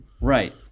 Right